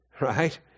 right